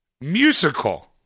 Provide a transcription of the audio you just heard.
musical